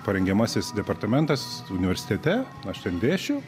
parengiamasis departamentas universitete aš ten dėsčiau